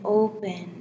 open